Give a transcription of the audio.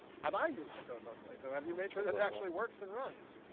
have i used the code locally? so, have you made sure that it actually works and runs?